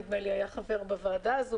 נדמה לי היה חבר בוועדה הזאת,